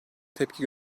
tepki